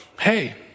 hey